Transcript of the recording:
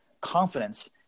confidence